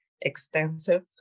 extensive